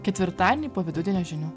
ketvirtadienį po vidudienio žinių